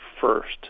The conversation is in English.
first